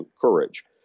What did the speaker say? courage